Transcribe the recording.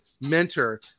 mentor